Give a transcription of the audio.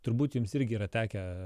turbūt jums irgi yra tekę